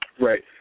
right